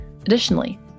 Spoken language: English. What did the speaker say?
Additionally